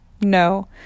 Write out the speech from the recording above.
no